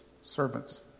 servants